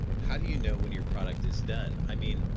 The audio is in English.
how do you know when your product is done, i mean,